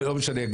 לא משנה,